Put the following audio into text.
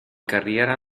carriera